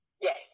Yes